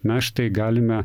na štai galime